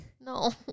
no